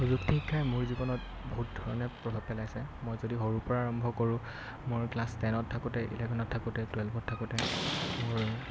প্ৰযুক্তি শিক্ষাই মোৰ জীৱনত বহুত ধৰণে প্ৰভাৱ পেলাইছে মই যদি সৰুৰ পৰা আৰম্ভ কৰোঁ মোৰ ক্লাছ টেনত থাকোঁতে ইলেভেনত থাকোঁতে টুৱেল্ভত থাকোঁতে মোৰ